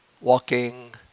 walking